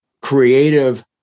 creative